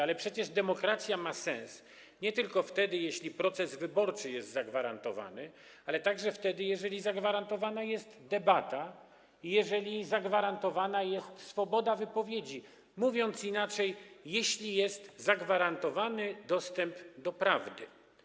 Ale przecież demokracja ma sens nie tylko wtedy, gdy proces wyborczy jest zagwarantowany, ale także wtedy, gdy zagwarantowana jest debata i gdy zagwarantowana jest swoboda wypowiedzi, mówiąc inaczej: gdy jest zagwarantowany dostęp do prawdy.